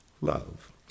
love